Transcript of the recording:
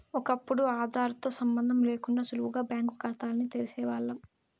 ఒకప్పుడు ఆదార్ తో సంబందం లేకుండా సులువుగా బ్యాంకు కాతాల్ని తెరిసేవాల్లం